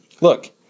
Look